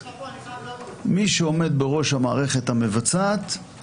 מי שעומד בראש המערכת המבצעת,